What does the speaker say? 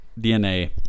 DNA